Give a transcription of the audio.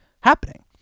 happening